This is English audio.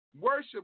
Worship